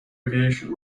aviation